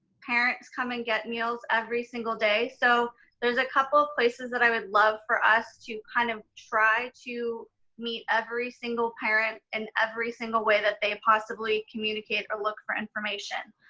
parents come and get meals every single day. so there's a couple of places that i would love for us to kind of try to meet every single parent in and every single way that they possibly communicate or look for information.